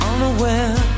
Unaware